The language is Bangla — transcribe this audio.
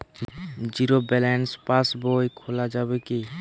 জীরো ব্যালেন্স পাশ বই খোলা যাবে কি?